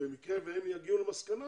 במקרה שהם יגיעו למסקנה